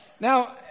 Now